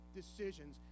decisions